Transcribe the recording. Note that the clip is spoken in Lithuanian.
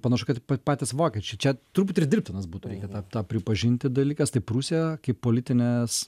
panašu kad patys vokiečiai čia turbūt ir dirbtinas būtų reikia tą tą pripažinti dalykas tai prūsija kaip politinis